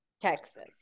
Texas